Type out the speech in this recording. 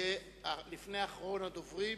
יהיה לפני אחרון הדוברים.